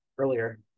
earlier